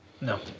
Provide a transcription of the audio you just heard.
No